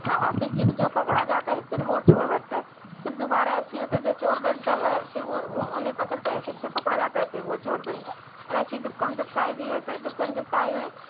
ہاں اور پھر جو جو پکڑا جاتا ہے پھر وہ چور بنتا ہے پھر دوبارہ ایسے ہی ہوتا ہے جو چور بنتا ہے پھر وہ انہیں پکڑتے ہیں پھر جو پکڑا جاتا ہے پھر وہ چور بنتا ہے اور ایسے ہی دکم دکائی بھی ہوتا ہے دکم دکائی میں